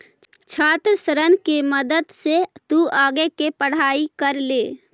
छात्र ऋण के मदद से तु आगे के पढ़ाई कर ले